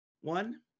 One